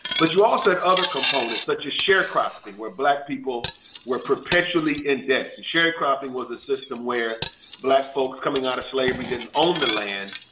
but you also have other components such as sharecropping where black people were perpetually in debt. sharecropping was a system where black folks coming out of slavery didn't own the land,